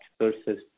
versus